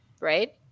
right